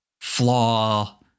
flaw